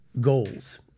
goals